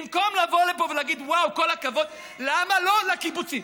במקום לבוא לפה ולהגיד: כל הכבוד למה לא לקיבוצים?